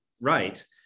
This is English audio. right